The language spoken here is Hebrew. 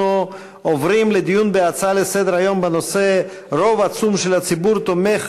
אנחנו עוברים לדיון בהצעה לסדר-היום בנושא: רוב עצום של הציבור תומך